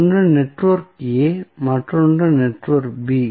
ஒன்று network A மற்றொன்று network B